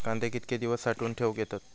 कांदे कितके दिवस साठऊन ठेवक येतत?